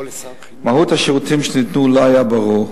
מהות השירותים שניתנו לא היתה ברורה.